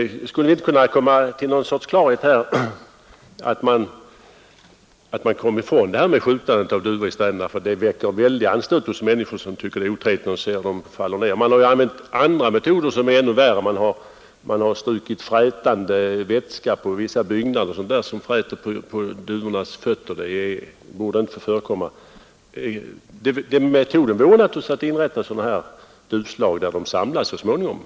Skulle vi inte här kunna komma fram till någon sorts klarhet, så att vi slipper avskjutningen av duvor i städerna? Den väcker stark anstöt hos människor, som tycker att det är otrevligt att se hur duvorna faller döda ned. Man har använt andra metoder också, som är ännu värre: man har strukit frätande vätska på vissa byggnader, och den vätskan fräter sedan på duvornas fötter. Sådant borde inte få förekomma. Den bästa metoden vore som sagt att inrätta stora duvslag, där duvorna samlades så småningom.